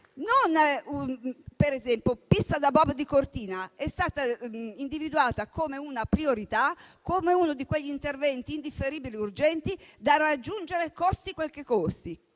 un altro esempio: la pista da bob di Cortina è stata individuata come una priorità, come uno di quegli interventi indifferibili e urgenti da raggiungere costi quel che costi,